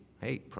Hey